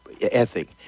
ethic